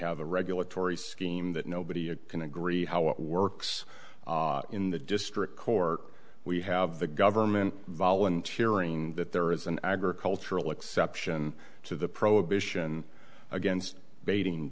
have a regulatory scheme that nobody can agree how it works in the district court we have the government volunteer in that there is an agricultural exception to the prohibition against baiting